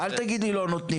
אל תגיד לי "לא נותנים".